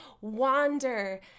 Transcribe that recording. wander